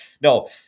No